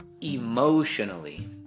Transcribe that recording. emotionally